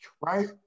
right